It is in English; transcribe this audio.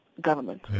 government